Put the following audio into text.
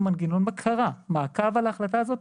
מנגנון בקרה או מעקב על ההחלטה הזו?